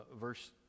verse